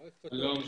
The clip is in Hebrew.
שלום.